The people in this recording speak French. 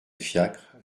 fiacre